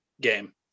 game